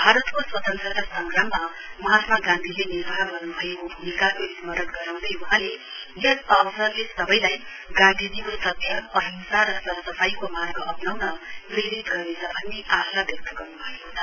भारतको स्वतन्त्रता संग्रामामा महात्मा गान्धीले निर्वाह गर्न् भएको भूमिकाको स्मरण गराउँदै वहाँले यस अवसरले सबैलाई गान्धीजीको सत्य अंहिसा र सरसफाईको मार्ग अप्नाउन प्रेरित गर्नेछ भन्ने आशा व्यक्त गर्न् भएको छ